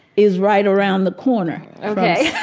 is right around the corner ok.